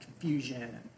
confusion